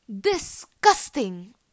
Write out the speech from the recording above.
disgusting